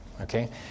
okay